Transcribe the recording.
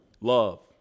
love